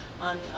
on